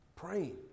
praying